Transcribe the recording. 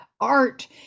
art